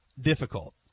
difficult